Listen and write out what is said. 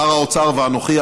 שר האוצר ואנוכי,